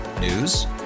News